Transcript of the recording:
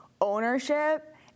ownership